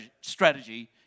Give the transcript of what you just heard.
strategy